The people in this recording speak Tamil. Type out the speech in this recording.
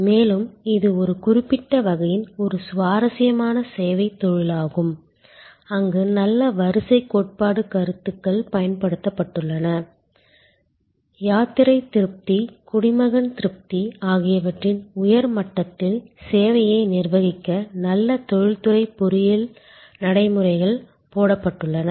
மேலும் இது ஒரு குறிப்பிட்ட வகையின் ஒரு சுவாரஸ்யமான சேவைத் தொழிலாகும் அங்கு நல்ல வரிசை கோட்பாடு கருத்துகள் பயன்படுத்தப்பட்டுள்ளன யாத்திரை திருப்தி குடிமகன் திருப்தி ஆகியவற்றின் உயர் மட்டத்தில் சேவையை நிர்வகிக்க நல்ல தொழில்துறை பொறியியல் நடைமுறைகள் போடப்பட்டுள்ளன